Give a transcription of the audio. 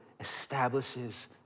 establishes